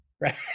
Right